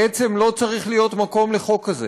בעצם לא צריך להיות מקום לחוק כזה.